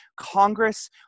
Congress